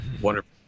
wonderful